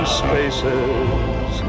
spaces